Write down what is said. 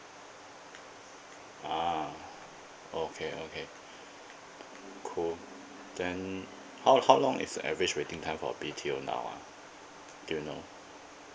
ah okay okay cool then how how long is the average waiting time for B_T_O now ah do you know